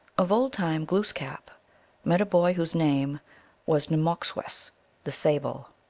of old time glooskap met a boy whose name was nmmotcswess the sable.